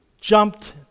jumped